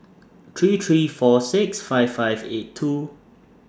three three four six five five eight two